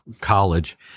college